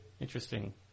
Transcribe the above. interesting